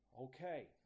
Okay